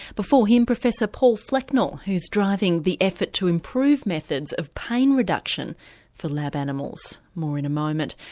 before him professor paul flecknell, who's driving the effort to improve methods of pain reduction for lab animals more in a moment.